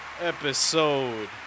episode